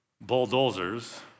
bulldozers